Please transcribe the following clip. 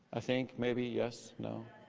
i think maybe. yes? no?